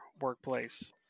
workplace